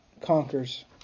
conquers